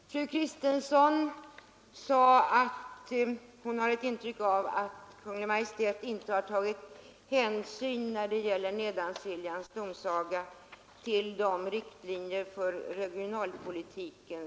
Herr talman! Fru Kristensson sade att hon har ett intryck av att Kungl. Maj:t när det gäller Nedansiljans domsaga inte tagit hänsyn till riktlinjerna för regionalpolitiken.